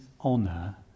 honor